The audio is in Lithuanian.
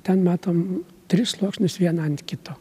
ten matom tris sluoksnius vieną ant kito